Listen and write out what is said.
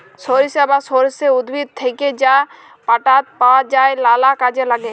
সরিষা বা সর্ষে উদ্ভিদ থ্যাকে যা পাতাট পাওয়া যায় লালা কাজে ল্যাগে